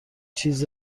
چیز